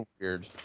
weird